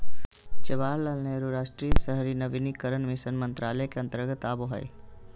जवाहरलाल नेहरू राष्ट्रीय शहरी नवीनीकरण मिशन मंत्रालय के अंतर्गत आवो हय